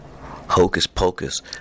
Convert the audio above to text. hocus-pocus